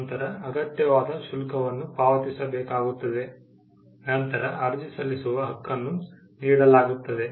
ನಂತರ ಅಗತ್ಯವಾದ ಶುಲ್ಕವನ್ನು ಪಾವತಿಸಬೇಕಾಗುತ್ತದೆ ನಂತರ ಅರ್ಜಿ ಸಲ್ಲಿಸುವ ಹಕ್ಕನ್ನು ನೀಡಲಾಗುತ್ತದೆ